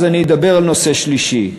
אז אני אדבר על נושא שלישי,